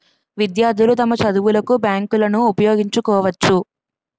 విద్యార్థులు తమ చదువులకు బ్యాంకులను ఉపయోగించుకోవచ్చు